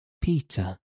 Peter